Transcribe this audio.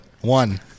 one